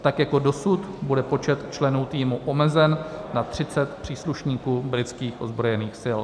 Tak jako dosud bude počet členů týmu omezen na 30 příslušníků britských ozbrojených sil.